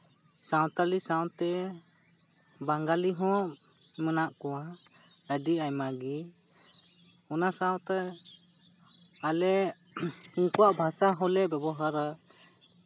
ᱥᱟᱱᱛᱟᱲ ᱥᱟᱶᱛᱮ ᱵᱟᱝᱜᱟᱞᱤ ᱦᱚᱸ ᱢᱮᱱᱟᱜ ᱠᱚᱣᱟ ᱟᱹᱰᱤ ᱟᱭᱢᱟ ᱜᱮ ᱚᱱᱟ ᱥᱟᱶᱛᱮ ᱟᱞᱮ ᱩᱱᱠᱩᱣᱟᱜ ᱵᱷᱟᱥᱟ ᱦᱚᱸᱞᱮ ᱵᱮᱵᱚᱦᱟᱨᱟ